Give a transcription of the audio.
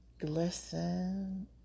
glisten